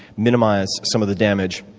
minimize some of the damage,